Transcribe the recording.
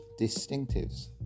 Distinctives